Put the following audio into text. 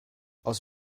aus